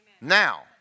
Now